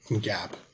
gap